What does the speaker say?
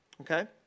Okay